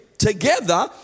Together